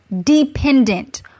dependent